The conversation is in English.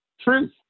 truth